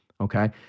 okay